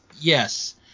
Yes